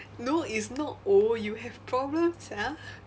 no it's not old you have problem sia